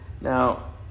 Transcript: Now